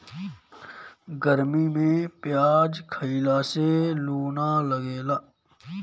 गरमी में पियाज खइला से लू ना लागेला